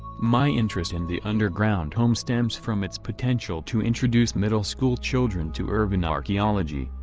my interest in the underground home stems from its potential to introduce middle school children to urban archaeology,